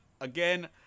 again